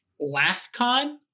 Lathcon